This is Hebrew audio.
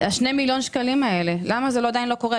2 מיליון השקלים האלה, למה זה עדיין לא קורה?